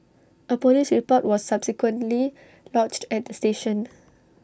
A Police report was subsequently lodged at station